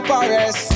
Paris